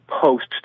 post